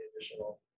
additional